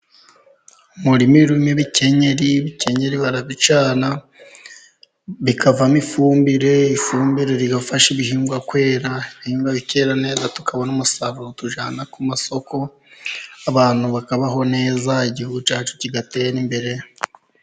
Umurima urimo ibikenyeri, bikenyeri barabicana, bikavamo ifumbire, ifumbire igafasha ibihingwa kwera, ibihingwa bikera neza, tukabona umusaruro tujyana ku masoko, abantu bakabaho neza, igihugu cyacu kigatera imbere.